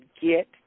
get